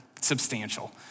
substantial